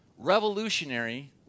revolutionary